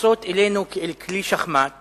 ומתייחסות אלינו כאל כלי שחמט